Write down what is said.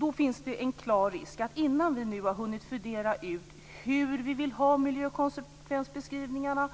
Det finns en klar risk att man, innan vi hunnit fundera ut hur vi vill ha miljökonsekvensbeskrivningar